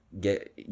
get